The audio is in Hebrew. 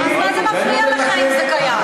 מה זה מפריע לך, אם זה קיים?